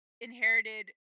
inherited